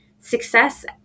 success